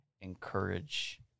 encourage